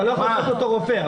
אתה לא יכול לעשות אותו רופא,